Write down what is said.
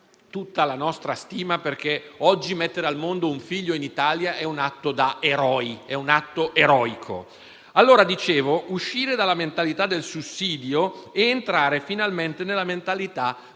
tutta la nostra stima, perché oggi mettere al mondo un figlio in Italia è un atto da eroi, è un atto eroico. Dicevo che bisogna uscire dalla mentalità del sussidio ed entrare finalmente nella mentalità